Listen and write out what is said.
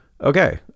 okay